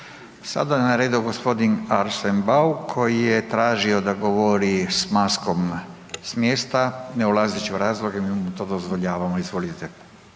Sada je na redu g. Arsesn Bauk koji je tražio da govori s maskom s mjesta. Ne ulazeći u razloge, mi mu to dozvoljavamo. Izvolite.